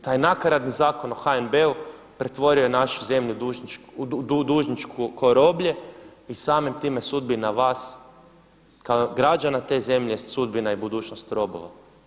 Taj nakaradni Zakon o HNB-u pretvorio je našu zemlju u dužničku ko roblje i samim time sudbina vas kao građana te zemlje sudbina je budućnost robova.